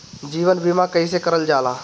जीवन बीमा कईसे करल जाला?